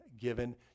given